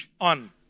On